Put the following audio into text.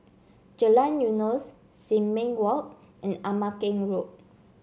Jalan Eunos Sin Ming Walk and Ama Keng Road